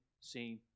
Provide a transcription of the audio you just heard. seen